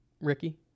ricky